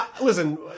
listen